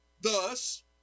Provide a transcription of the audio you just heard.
thus